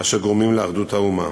אשר גורמים לאחדות האומה.